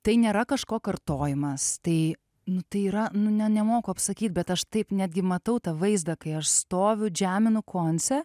tai nėra kažko kartojimas tai nu tai yra nu ne nemoku apsakyt bet aš taip netgi matau tą vaizdą kai aš stoviu žeminu koncę